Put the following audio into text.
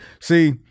see